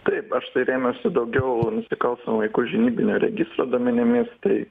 taip aš tai rėmiausi daugiau nusikalstamų veikų žinybinio registro duomenimis tai